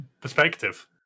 perspective